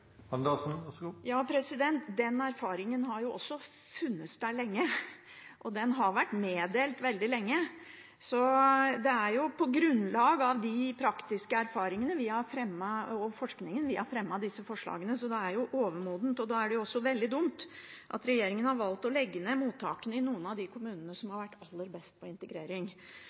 Den erfaringen har jo også funnes der lenge, og den har vært meddelt veldig lenge. Det er på grunnlag av de praktiske erfaringene og forskningen vi har fremmet disse forslagene. Det er overmodent, og da er det jo veldig dumt at regjeringen har valgt å legge ned mottakene i noen av de kommunene som har vært aller best på integrering.